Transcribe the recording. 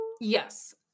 Yes